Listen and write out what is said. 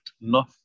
north